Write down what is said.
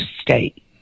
State